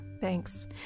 Thanks